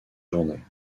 journée